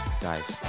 Guys